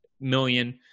million